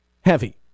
heavy